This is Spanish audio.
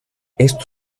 esto